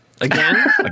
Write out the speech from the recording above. again